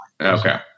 okay